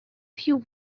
few